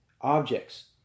objects